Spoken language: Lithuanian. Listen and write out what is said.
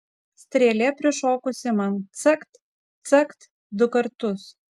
strėlė prišokusi man cakt cakt du kartus